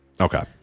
Okay